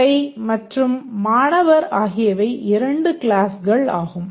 துறை மற்றும் மாணவர் ஆகியவை 2 க்ளாஸ்கள் ஆகும்